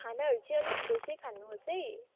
खानाहरू चाहिँ अलिक फ्रेसै खानुहोस् है